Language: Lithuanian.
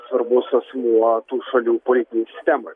svarbus asmuo tų šalių politinėj sistemoj